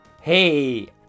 hey